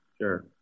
Sure